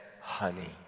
honey